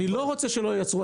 אני לא רוצה שלא ייצרו,